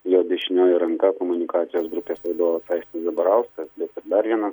jo dešinioji ranka komunikacijos grupės vadovas aistis zabarauskas ir dar viena